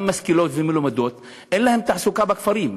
גם משכילות ומלומדות, אין להן תעסוקה בכפרים.